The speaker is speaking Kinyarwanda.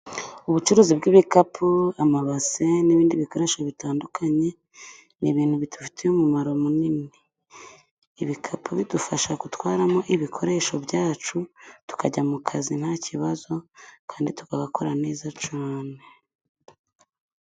Ubucuruzi bw'ibikapu, amabase, n'ibindi bikoresho bitandukanye ni ibintu bidufitiye umumaro munini. Ibikapu bidufasha gutwaramo ibikoresho byacu tukajya mu kazi nta kibazo kandi tukagakora neza cyane.